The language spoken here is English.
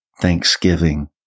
thanksgiving